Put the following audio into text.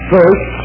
First